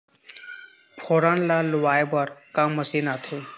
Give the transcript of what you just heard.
फोरन ला लुआय बर का मशीन आथे?